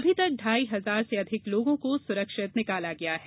अभी तक ढाई हजार से अधिक लोगों को सुरक्षित निकाला गया है